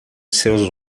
seus